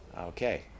Okay